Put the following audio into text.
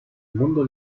mundo